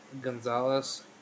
Gonzalez